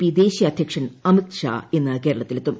P ദേശീയ അധ്യക്ഷൻ അമിത്ഷാ ഇന്ന് കേരളത്തിലെത്തും